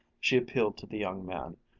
she appealed to the young man.